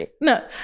No